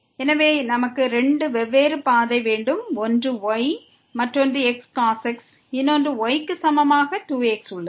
எனவே நமக்கு 2 வெவ்வேறு பாதை வேண்டும் ஒன்று y மற்றொன்று xcos x இன்னொன்று y க்கு சமமாக 2x உள்ளது